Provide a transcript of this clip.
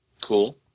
Cool